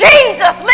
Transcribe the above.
Jesus